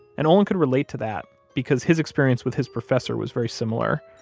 and olin could relate to that, because his experience with his professor was very similar.